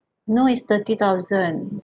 no it's thirty thousand